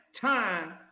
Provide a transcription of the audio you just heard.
time